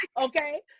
Okay